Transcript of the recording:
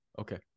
Okay